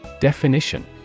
Definition